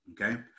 okay